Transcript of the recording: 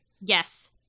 Yes